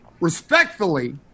respectfully